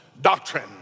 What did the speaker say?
doctrine